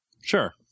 Sure